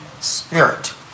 Spirit